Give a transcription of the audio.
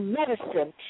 medicine